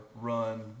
run